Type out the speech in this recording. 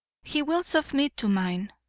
he will submit to mine,